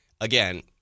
again